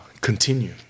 continue